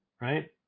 right